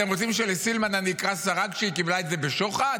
אתם רוצים שלסילמן אני אקרא שרה כשהיא קיבלה את זה בשוחד?